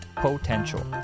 potential